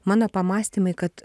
mano pamąstymai kad